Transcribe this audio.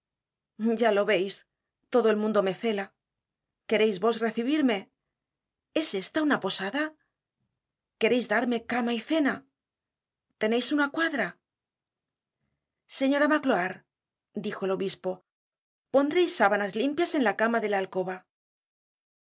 ya lo veis todo el mundo me cela quereis vos recibirme es esta una posada quereis darme cama y cena teneis una cuadra content from google book search generated at señora magloire dijo el obispo pondreis sábanas limpias en la cama de la alcoba